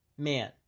man